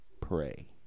Pray